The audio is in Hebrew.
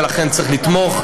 ולכן צריך לתמוך.